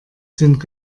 sind